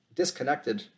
disconnected